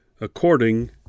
according